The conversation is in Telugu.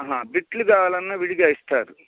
బిట్లు కావాలన్నా విడిగా ఇస్తారు